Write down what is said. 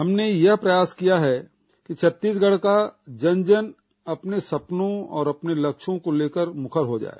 हमने यह प्रयास किया कि छत्तीसगढ़ का जन जन अपने सपनों और अपने लक्ष्यों को लेकर मुखर हो जाए